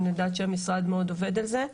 אני יודעת שהמשרד מאוד עובד על זה.